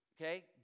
okay